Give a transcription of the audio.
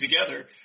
together